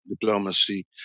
diplomacy